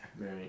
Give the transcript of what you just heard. Right